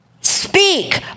Speak